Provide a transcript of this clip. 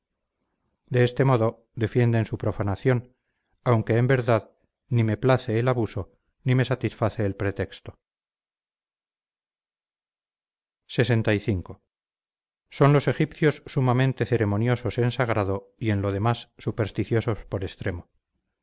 de este modo defienden su profanación aunque en verdad ni me place el abuso ni me satisface el pretexto lxv son los egipcios sumamente ceremoniosos en sagrado y en lo demás supersticiosos por extremo